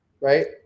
right